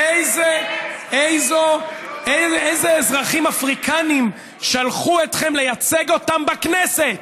איזה אזרחים אפריקנים שלחו אתכם לייצג אותם בכנסת?